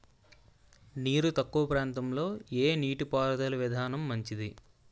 నీరు తక్కువ ప్రాంతంలో ఏ నీటిపారుదల విధానం మంచిది?